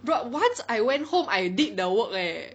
but once I went home I did the work eh